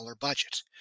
budget